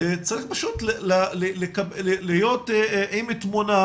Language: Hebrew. צריך פשוט להיות עם תמונת